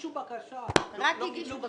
--- רק הגשת בקשה.